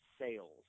sales